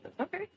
Okay